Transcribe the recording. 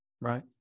Right